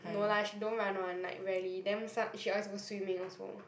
no lah she don't run [one] like rarely then some she always go swimming also